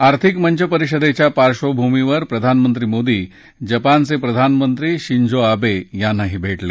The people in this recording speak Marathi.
आर्थिकमंच परिषदेच्या पार्श्वभूमीवर प्रधानमंत्री मोदी जपानचे प्रधानमंत्री शिंझो अंबे यांना भेटले